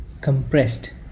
compressed